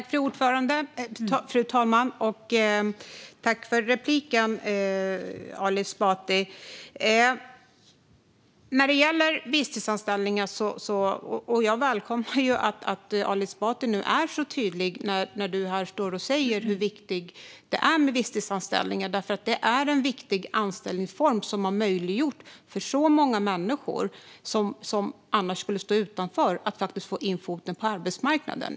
Fru talman! Tack för repliken, Ali Esbati! När det gäller visstidsanställningar välkomnar jag att Ali Esbati nu står här och så tydligt talar om hur viktigt det är med visstidsanställningar, för det är en viktig anställningsform som har möjliggjort för så många människor som annars skulle stå utanför att få in foten på arbetsmarknaden.